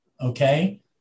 Okay